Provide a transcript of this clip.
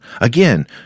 again